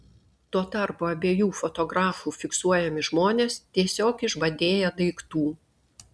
tuo tarpu abiejų fotografų fiksuojami žmonės tiesiog išbadėję daiktų